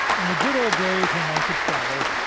in the good old days when one could travel,